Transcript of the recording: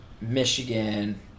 Michigan